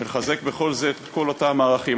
ומחזק בכל זה את כל אותם הערכים.